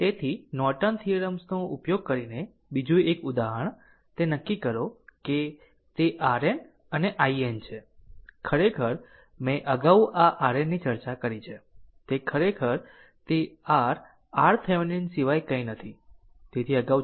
તેથી Norton theorems નો ઉપયોગ કરીને બીજું એક ઉદાહરણ તે નક્કી કરો કે તે RN અને IN છે ખરેખર મેં અગાઉ આ RNની ચર્ચા કરી છે તે ખરેખર તે r RThevenin સિવાય કંઈ નથી તેથી અગાઉ ચર્ચા કરી છે